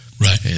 Right